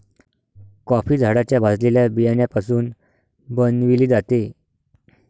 coffee झाडाच्या भाजलेल्या बियाण्यापासून बनविली जाते